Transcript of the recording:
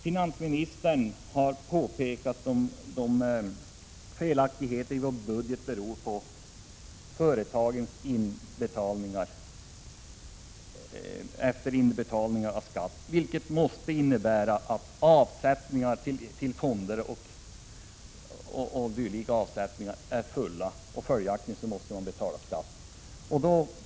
Finansministern har påpekat att felaktigheterna i budgeten beror på företagens inbetalningar av skatt. När tillåtna avsättningar till fonder och andra avsättningar har gjorts måste företagen betala skatt.